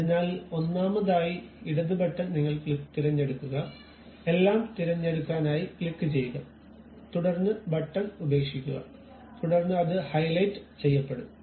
അതിനാൽ ഒന്നാമതായി ഇടത് ബട്ടൺ നിങ്ങൾ തിരഞ്ഞെടുക്കുക എല്ലാം തിരഞ്ഞെടുക്കാനായി ക്ലിക്കുചെയ്യുക തുടർന്ന് ബട്ടൺ ഉപേക്ഷിക്കുക തുടർന്ന് അത് ഹൈലൈറ്റ് ചെയ്യപ്പെടും